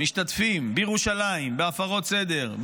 משתתפים בירושלים בהפרות סדר,